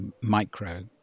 micro